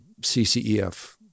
CCEF